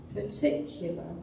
particular